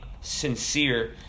sincere